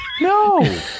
no